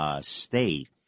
state